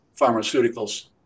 pharmaceuticals